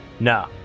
No